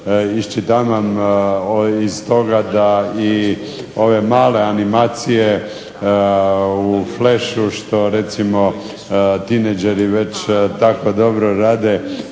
Iščitavam iz toga da i ove male animacije u flešu što recimo tinejdžeri već tako dobro rade